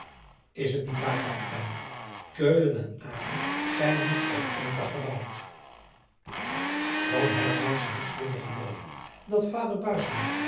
s het niet waar apitein eulen en ken zijn niet op één dag gebouwd choon liefst wilde gelooven dat vader